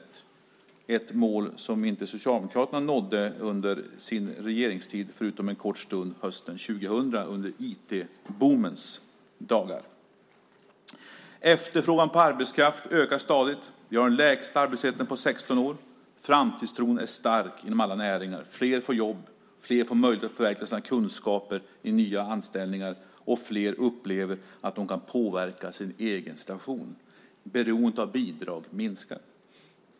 Det är ett mål som Socialdemokraterna inte nådde under sin regeringstid, förutom under en kort period hösten 2000 under IT-boomens dagar. Efterfrågan på arbetskraft ökar stadigt. Vi har den lägsta arbetslösheten på 16 år. Framtidstron är stark inom alla näringar. Fler får jobb, fler får möjlighet att omsätta sina kunskaper i nya anställningar, och fler upplever att de kan påverka sin egen situation. Beroendet av bidrag minskar.